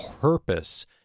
purpose